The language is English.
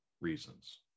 reasons